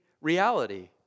reality